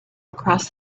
across